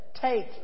Take